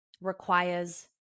requires